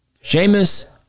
sheamus